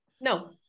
no